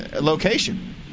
location